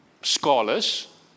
scholars